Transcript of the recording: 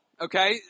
Okay